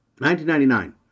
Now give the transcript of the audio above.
1999